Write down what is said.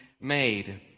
made